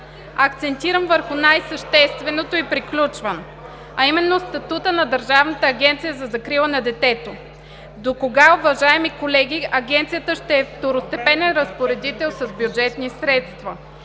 Акцентирам върху най-същественото и приключвам, а именно статутът на Държавната агенция за закрила на детето. Докога, уважаеми колеги, Агенцията ще е второстепенен разпоредител с бюджетни средства?